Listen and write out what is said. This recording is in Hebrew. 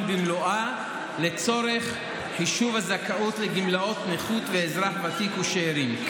במלואה לצורך חישוב הזכאות לגמלאות נכות ואזרח ותיק ושאירים,